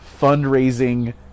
fundraising